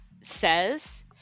says